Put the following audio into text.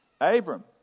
Abram